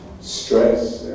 Stress